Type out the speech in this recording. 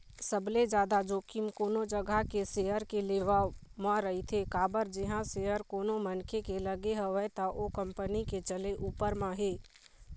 सबले जादा जोखिम कोनो जघा के सेयर के लेवब म रहिथे काबर जिहाँ सेयर कोनो मनखे के लगे हवय त ओ कंपनी के चले ऊपर म हे